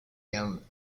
him